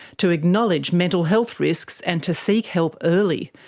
to acknowledge mental health risks and to seek help early.